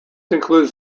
includes